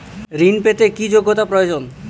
ঋণ পেতে কি যোগ্যতা প্রয়োজন?